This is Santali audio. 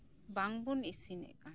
ᱵᱟᱝᱵᱩᱱ ᱤᱥᱤᱱᱮᱜ ᱠᱟᱱᱛᱟᱦᱮᱸᱜ ᱟ